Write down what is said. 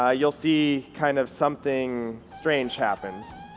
ah you'll see kind of something strange happens.